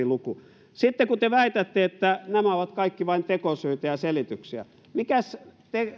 luku sitten kun te väitätte että nämä ovat kaikki vain tekosyitä ja selityksiä mikäs